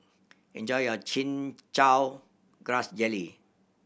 enjoy your Chin Chow Grass Jelly